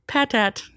Patat